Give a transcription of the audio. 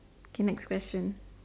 okay next question